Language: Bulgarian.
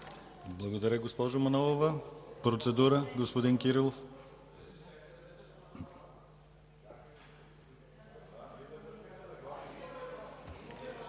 Благодаря, госпожо Манолова. Процедура – господин Кирилов.